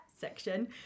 section